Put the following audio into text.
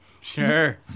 Sure